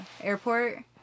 airport